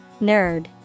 Nerd